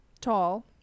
tall